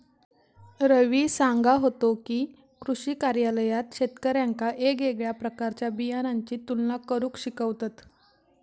रवी सांगा होतो की, कृषी कार्यालयात शेतकऱ्यांका येगयेगळ्या प्रकारच्या बियाणांची तुलना करुक शिकवतत